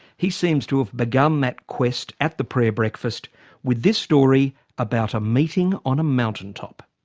he seems to have begun that quest at the prayer breakfast with this story about a meeting on a mountaintop.